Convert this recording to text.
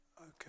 Okay